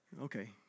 Okay